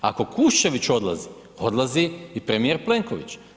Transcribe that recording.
Ako Kuščević odlazi odlazi i premijer Plenković.